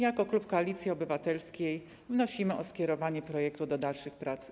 Jako klub Koalicji Obywatelskiej wnosimy o skierowanie projektu do dalszych prac.